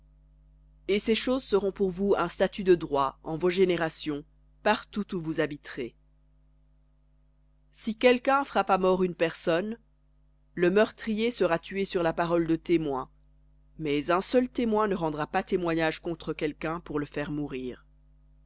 et ces choses seront pour vous un statut de droit en vos générations partout où vous habiterez si quelqu'un frappe à mort une personne le meurtrier sera tué sur la parole de témoins mais un seul témoin ne rendra pas témoignage contre quelqu'un pour le faire mourir